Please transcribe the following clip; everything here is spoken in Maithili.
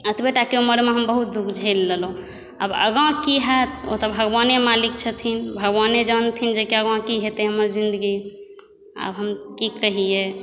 एतबे टा उमरमे हम बहुत दुःख झेल लेलहुँ आब आगाँ की होयत ओ तऽ भगवाने मालीक छथिन भगवाने जानथिन जे कहाँ की हेतै हमर जिन्दगी आब हम की कहियै